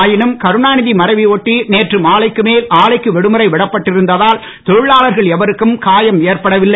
ஆயினும் கருணாநிதி மறைவை ஒட்டி நேற்று மாலைக்கு மேல் ஆலைக்கு விடுமுறை விடப்பட்டிருந்ததால் தொழிலாளர்கள் எவருக்கும் காயம் ஏற்படவில்லை